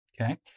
Okay